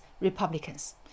Republicans